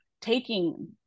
taking